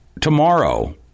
tomorrow